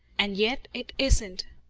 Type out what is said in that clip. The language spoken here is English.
and yet it isn't.